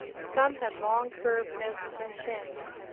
some had long, curved noses and chins,